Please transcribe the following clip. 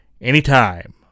anytime